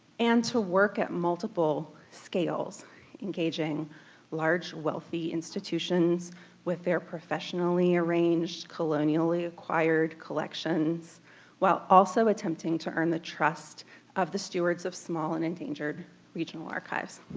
and to work at multiple scales engaging large wealthy institutions with their professionally arranged, colonially acquired collections while also attempting to earn the trust of the stewards of small and endangered regional archives.